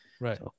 Right